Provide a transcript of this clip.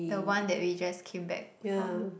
the one that we just came back from